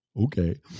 Okay